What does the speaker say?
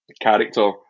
character